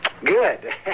Good